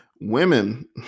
Women